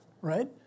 Right